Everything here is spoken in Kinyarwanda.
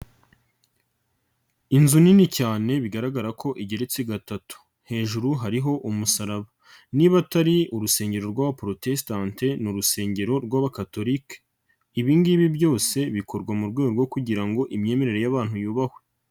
Inzu nini cyane bigaragara ko igeretse gatatu hejuru hariho umusaraba, niba atari urusengero rw;abaporotesitanti ni urusengero rw'abakatorike, ibingibi byose bikorwa mu rwego kugira ngo imyemerere y'abantu yubahwe.